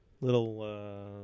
Little